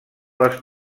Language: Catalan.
les